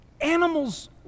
Animals